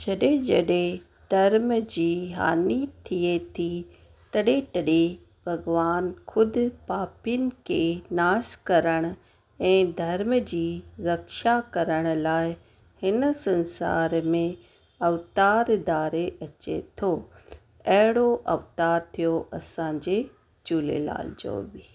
जॾहिं जॾहिं धर्म जी हानि थिए थी तॾहिं तॾहिं भॻवानु ख़ुदि पापियुनि खे नास करणु ऐं धर्म जी रक्षा करण लाइ हिन संसार में अवतारु धारे अचे थो अहिड़ो अवतारु थियो असांजे झूलेलाल जो बि